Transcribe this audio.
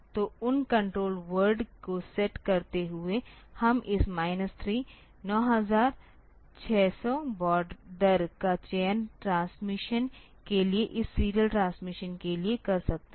तो उन control word को सेट करते हुए हम इस माइनस 3 9600 बॉड दर का चयन ट्रांसमिश के लिए इस सीरियल ट्रांसमिशन के लिए कर सकते हैं